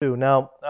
Now